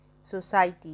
society